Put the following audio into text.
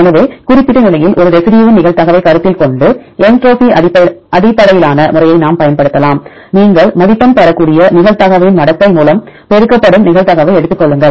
எனவே குறிப்பிட்ட நிலையில் ஒரு ரெசிடியூவின் நிகழ்தகவைக் கருத்தில் கொண்டு என்ட்ரோபி அடிப்படையிலான முறையைப் பயன்படுத்தலாம் நீங்கள் மதிப்பெண் பெறக்கூடிய நிகழ்தகவின் மடக்கை மூலம் பெருக்கப்படும் நிகழ்தகவை எடுத்துக் கொள்ளுங்கள்